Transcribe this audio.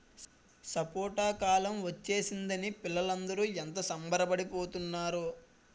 సపోటా కాలం ఒచ్చేసిందని పిల్లలందరూ ఎంత సంబరపడి పోతున్నారో